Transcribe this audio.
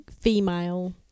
female